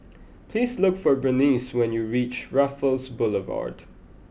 please look for Bernice when you reach Raffles Boulevard